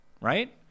right